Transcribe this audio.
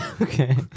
Okay